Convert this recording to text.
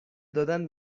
دادن